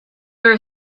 were